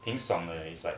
挺爽的 eh is like